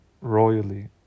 royally